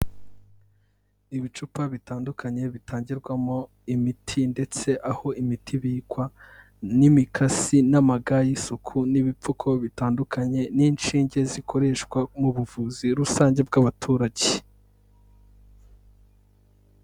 Ibicupa bitandukanye bitangirwamo imiti, ndetse aho imiti ibikwa, n'imikasi, n'amagare y'isuku, n'ibipfuko bitandukanye, n'inshinge zikoreshwa mu buvuzi rusange bw'abaturage.